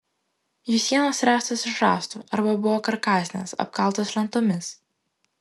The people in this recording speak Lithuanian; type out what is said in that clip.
jų sienos ręstos iš rąstų arba buvo karkasinės apkaltos lentomis